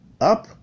up